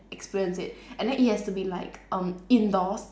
experience it and there it has to be like um indoors